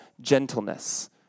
gentleness